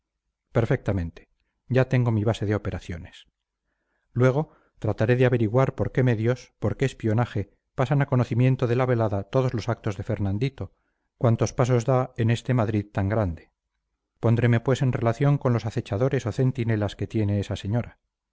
perfectamente ya tengo mi base de operaciones luego trataré de averiguar por qué medios por qué espionaje pasan a conocimiento de la velada todos los actos de fernandito cuantos pasos da en este madrid tan grande pondreme pues en relación con los acechadores o centinelas que tiene esa señora